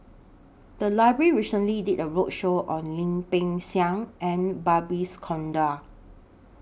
The Library recently did A roadshow on Lim Peng Siang and Babes Conde